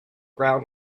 ground